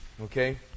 okay